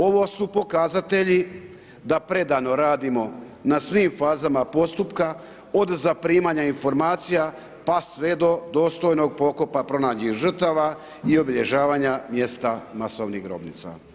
Ovo su pokazatelji da predano radimo na svim fazama postupka, od zaprimanja informacija, pa sve do dostojnog pokopa pronađenih žrtava i obilježavanja mjesta masovnih grobnica.